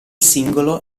singolo